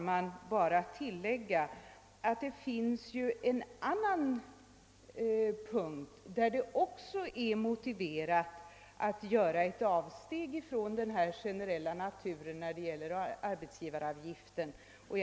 Jag vill tillägga att det finns en annan punkt där det också är motiverat att göra ett avsteg från principen om arbetsgivaravgiftens generella natur.